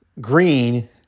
green